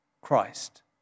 Christ